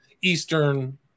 eastern